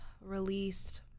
released